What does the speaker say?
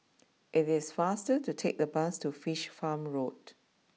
it is faster to take the bus to Fish Farm Road